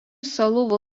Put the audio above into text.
salų